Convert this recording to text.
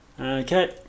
Okay